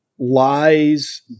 lies